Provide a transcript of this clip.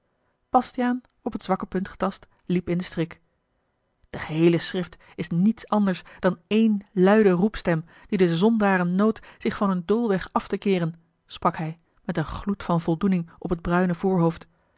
bastiaan op het zwakke punt getast liep in den strik de geheele schrift is niets anders dan één luide roepstem die de zondaren noodt zich van hun doolweg af te keeren sprak hij met een gloed van voldoening rop het bruine voorhoofd